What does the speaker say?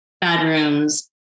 bedrooms